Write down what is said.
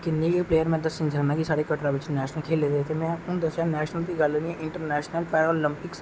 किन्ने गै प्लेयर में दस्सी सकना साढ़े कटरा बिच नेशनल खेले दे हून नेशनल दी गल्ल नेईं ऐ इंटरनेशनल पेराअलोपिंकस